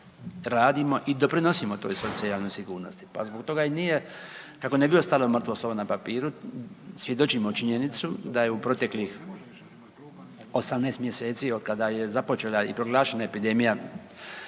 radimo i doprinosimo toj socijalnoj sigurnosti, pa zbog toga i nije, kako ne bi ostalo mrtvo slovo na papiru, svjedočimo činjenicu da je u proteklih 18 mjeseci, otkada je započela i proglašena epidemija